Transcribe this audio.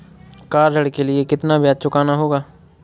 Car ऋण के लिए कितना ब्याज चुकाना होगा?